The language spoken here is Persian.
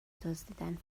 دزدیدن